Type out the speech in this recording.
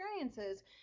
experiences